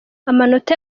amanota